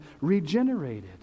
regenerated